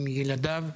עם ילדיו,